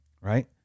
right